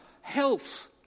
health